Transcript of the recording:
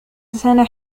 سنة